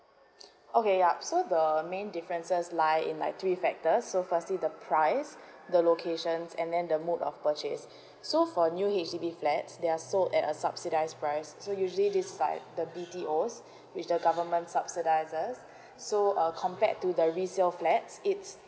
okay yup so the main differences lie in like three factors so firstly the prize the locations and then the mode of purchase so for new H_D_B flats they're sold at a subsidized price so usually this is like the B_T_O which the government subsidizes so uh compared to the resale flat it's